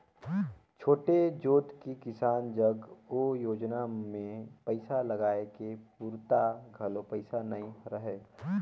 छोटे जोत के किसान जग ओ योजना मे पइसा लगाए के पूरता घलो पइसा नइ रहय